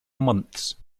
months